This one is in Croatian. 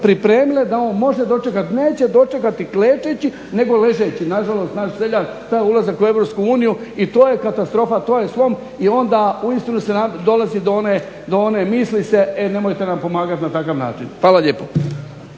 pripremile da on može dočekati. Neće dočekati klečeći nego ležeći. Nažalost naš seljak taj ulazak u EU i to je katastrofa, to je slom. I onda se uistinu dolazi do one misli se e nemojte nam pomagati na takav način. Hvala lijepo.